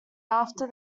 after